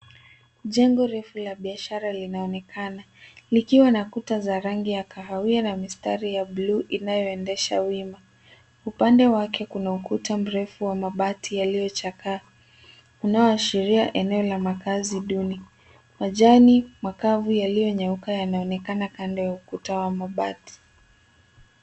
Jengo refu la biashara linaonekana likiwa na kuta za rangi ya kahawia na mistari ya bluu inayo endesha wima. Upande wake kuna ukuta mrefu wa mabati yalio chakaa unao ashiria eneo la makazi duni. Majani makavu yaliyo nyauka yanaonekana kando ya ukuta wa mabati.